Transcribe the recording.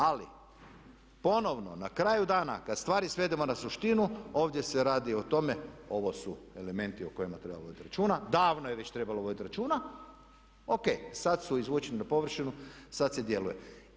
Ali ponovno na kraju dana kada stvari svedemo na suštinu ovdje se radi o tome, ovo su elementi o kojima treba voditi računa, davno je već trebalo voditi računa, O.K, sada su izvučeni na površinu, sada se djeluje.